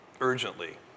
urgently